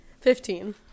Fifteen